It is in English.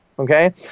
Okay